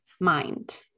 mind